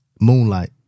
Moonlight